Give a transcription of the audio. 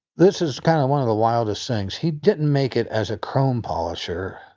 this is kind of one of the wildest things he didn't make it as a chrome polisher.